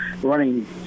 running